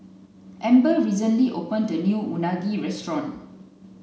Amber recently opened a new Unagi restaurant